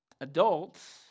Adults